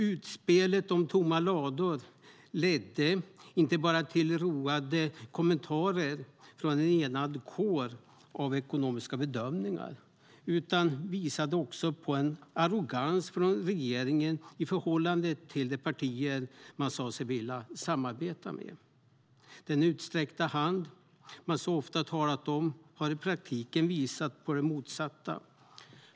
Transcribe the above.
Utspelet om tomma lador ledde inte bara till roade kommentarer från en enad kår av ekonomiska bedömare utan visade också på en arrogans från regeringen i förhållande till de partier man sa sig vilja samarbeta med. Den utsträckta hand man så ofta talat om har i praktiken visat sig vara det motsatta.